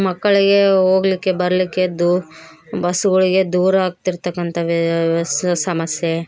ಮಕ್ಕಳಿಗೆ ಹೋಗಲಿಕ್ಕೆ ಬರಲಿಕ್ಕೆದ್ದು ಬಸ್ಸುಗಳಿಗೆ ದೂರ ಆಗ್ತಿರ್ತಕ್ಕಂಥ ವೆಸ್ಸ್ ಸಮಸ್ಯೆ